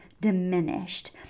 diminished